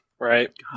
Right